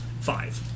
five